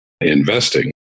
investing